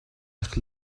eich